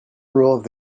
rule